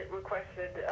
requested